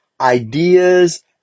ideas